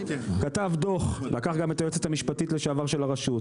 כתב דוח לקח גם את היועצת המשפטית לשעבר של הרשות,